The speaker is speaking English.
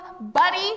Buddy